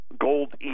gold